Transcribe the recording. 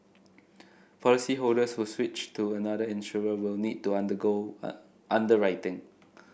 policyholders who switch to another insurer will need to undergo underwriting